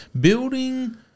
building